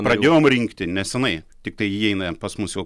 pradėjom rinkti nesenai tiktai įeina pas mus jau